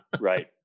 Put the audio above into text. Right